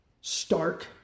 stark